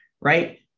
right